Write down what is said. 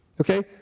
Okay